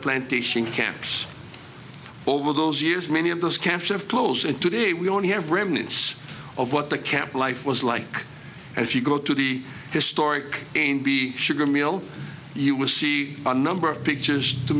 plantation camps over those years many of those camps have closed and today we only have remnants of what the camp life was like and if you go to the historic be sugar mill you will see a number of pictures to